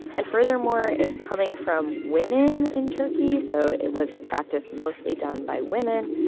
and furthermore, it's coming from women in turkey, so it was a practice mostly done by women.